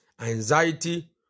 anxiety